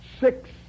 Six